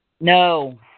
No